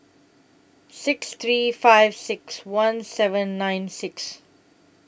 six three five six one seven nine six